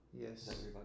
Yes